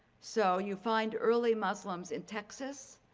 so you find early muslims in texas,